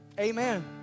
Amen